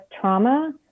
trauma